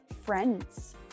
friends